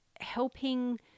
helping